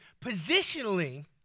Positionally